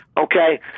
Okay